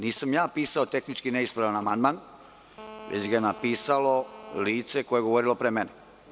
Nisam ja pisao tehnički neispravan amandman, već ga je napisalo lice koje je govorilo pre mene.